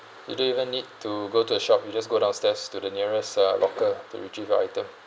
you don't even need to go to the shop you just go downstairs to the nearest uh locker to retrieve your item